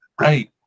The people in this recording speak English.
Right